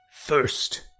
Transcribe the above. First